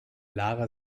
lara